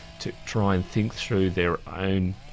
to try and think through their own,